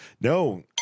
No